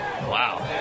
Wow